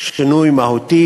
שינוי מהותי.